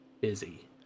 busy